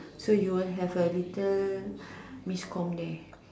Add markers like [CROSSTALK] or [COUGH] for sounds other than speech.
so you will have a little [BREATH] miscommunication there